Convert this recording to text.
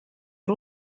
jej